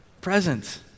Present